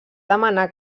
demanar